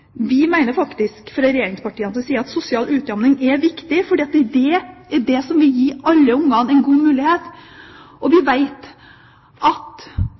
vi at sosial utjamning er viktig, for det er dét som vil gi alle barn en god mulighet, og vi vet at